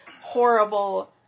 horrible